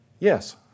Yes